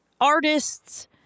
artists